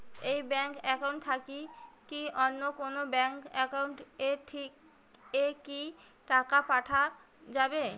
এই bank account থাকি কি অন্য কোনো ব্যাংক একাউন্ট এ কি টাকা পাঠা যাবে?